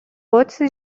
قدسی